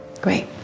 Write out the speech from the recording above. Great